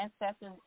ancestors